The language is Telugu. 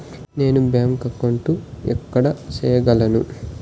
నేను బ్యాంక్ అకౌంటు ఎక్కడ సేయగలను